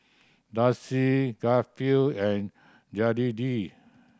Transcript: Darci Garfield and Jedidiah